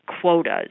quotas